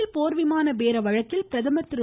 பேல் போர் விமான பேர வழக்கில் பிரதமர் திரு